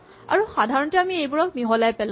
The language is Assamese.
আৰু সাধাৰণতে আমি এইবোৰক মিহলাই পেলাও